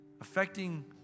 affecting